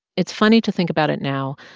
it's funny to think about it now,